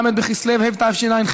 ל' בכסלו התשע"ח,